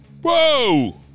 Whoa